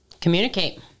Communicate